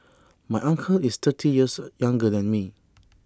my uncle is thirty years younger than me